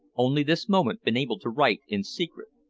only this moment been able to write in secret.